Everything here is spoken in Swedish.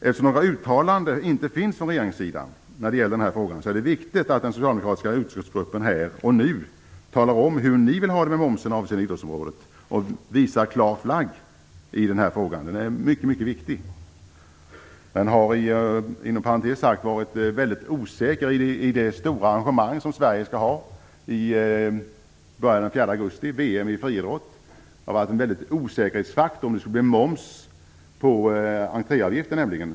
Eftersom några uttalanden inte finns från regeringssidan när det gäller denna fråga är det viktigt att den socialdemokratiska utskottsgruppen här och nu talar om hur ni vill ha det med momsen avseende idrottsområdet och visar klar flagg i denna fråga. Den är mycket viktig. Inom parentes sagt har det varit väldigt osäkert för det stora arrangemang som Sverige skall ha med början den 4 augusti - VM i friidrott. Om det skulle bli moms på entréavgiften eller inte har varit en väldig osäkerhetsfaktor.